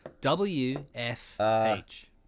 W-F-H